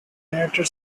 united